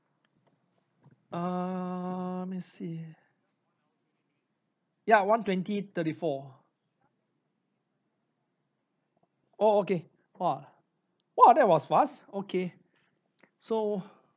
um let me see ya one twenty thirty four oh okay !wah! !wah! that was fast okay so